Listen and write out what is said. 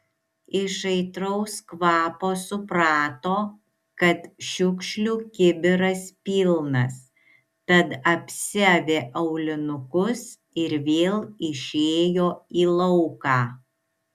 iš aitraus kvapo suprato kad šiukšlių kibiras pilnas tad apsiavė aulinukus ir vėl išėjo į lauką